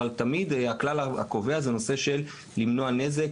אבל הכלל הקובע הוא הנושא של מניעת נזק,